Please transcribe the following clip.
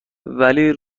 ولی